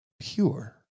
pure